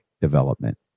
development